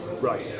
right